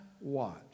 watch